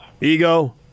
Ego